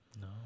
No